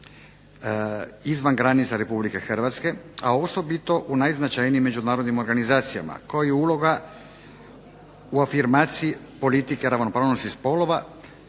izvan granica Republike Hrvatske, a osobito u najznačajnijim međunarodnim organizacijama koja je uloga u afirmaciji politike ravnopravnosti spolova